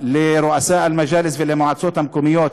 לראשי המועצות המקומיות) ולמועצות המקומיות,